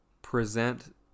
present